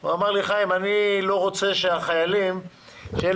והוא אמר לי שהוא לא רוצה שהחיילים שצריכים